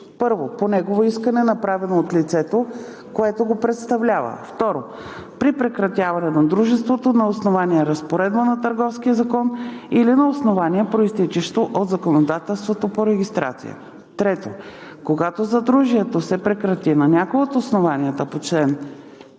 3: 1. по негово искане, направено от лицето, което го представлява; 2. при прекратяване на дружеството на основание разпоредба на Търговския закон или на основание, произтичащо от законодателството по регистрация; 3. когато съдружието се прекрати на някое от основанията по чл.